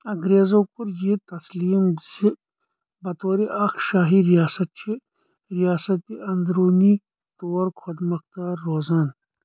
انگریزَو كو٘ر یہِ تسلیٖم زِ بطورِ اَكھ شاہی ریاست چھ رِیاسَت اندروُنی طور خۄد مۄختار روزان